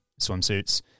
swimsuits